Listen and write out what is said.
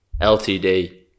LTD